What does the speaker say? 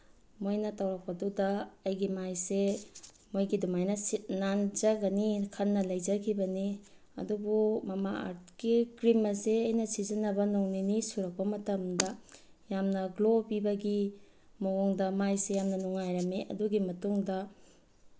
ꯃꯣꯏꯅ ꯇꯧꯔꯛꯄꯗꯨꯗ ꯑꯩꯒꯤ ꯃꯥꯏꯁꯦ ꯃꯣꯏꯒꯤ ꯑꯗꯨꯃꯥꯏꯅ ꯁꯤꯠ ꯅꯥꯟꯖꯒꯅꯤ ꯈꯟꯅ ꯂꯩꯖꯈꯤꯕꯅꯤ ꯑꯗꯨꯕꯨ ꯃꯃꯥ ꯑꯥꯔꯠꯀꯤ ꯀ꯭ꯔꯤꯝ ꯑꯁꯦ ꯑꯩꯅ ꯁꯤꯖꯤꯟꯅꯕ ꯅꯣꯡ ꯅꯤꯅꯤ ꯁꯨꯔꯛꯄ ꯃꯇꯝꯗ ꯌꯥꯝꯅ ꯒ꯭ꯂꯣ ꯄꯤꯕꯒꯤ ꯃꯑꯣꯡꯗ ꯃꯥꯏꯁꯦ ꯌꯥꯝꯅ ꯅꯨꯡꯉꯥꯏꯔꯝꯃꯤ ꯑꯗꯨꯒꯤ ꯃꯇꯨꯡꯗ